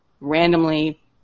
randomly